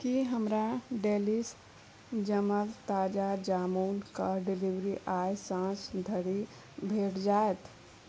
की हमरा डेलिश जमल ताजा जामुन के डिलीवरी आइ साँझ धरि भेट जाएत